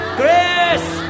grace